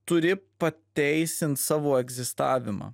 turi pateisint savo egzistavimą